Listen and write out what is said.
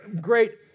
great